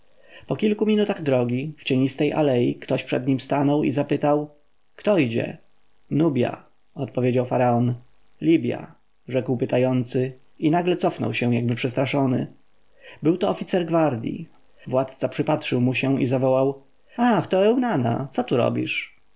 po kilku minutach drogi w cienistej alei ktoś przed nim stanął i zapytał kto idzie nubja odpowiedział faraon libja rzekł pytający i nagle cofnął się jakby przestraszony był to oficer gwardji władca przypatrzył mu się i zawołał ach to eunana co tu robisz